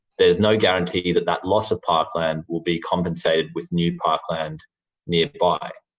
there's no guarantee that that loss of parkland will be compensated with new parkland nearby.